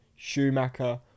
Schumacher